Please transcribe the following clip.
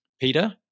Peter